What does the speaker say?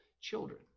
children